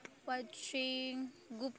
પછી ગુપ્ત